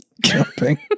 Jumping